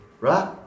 right